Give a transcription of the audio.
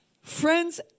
friends